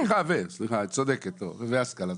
סליחה, את צודקת, והשכלה.